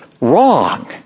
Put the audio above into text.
wrong